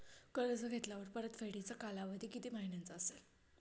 कर्ज घेतल्यावर परतफेडीचा कालावधी किती महिन्यांचा असेल?